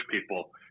people